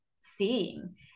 seeing